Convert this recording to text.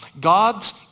God's